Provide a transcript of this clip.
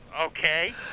Okay